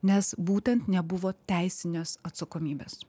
nes būtent nebuvo teisinės atsakomybės